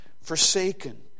forsaken